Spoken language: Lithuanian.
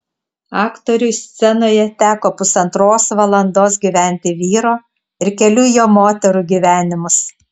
aktoriui scenoje teko pusantros valandos gyventi vyro ir kelių jo moterų gyvenimus